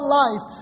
life